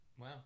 Wow